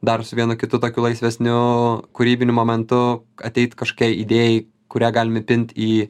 dar su vienu kitu tokiu laisvesniu kūrybiniu momentu ateit kažkiai idėjai kurią galim įpinti į